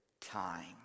time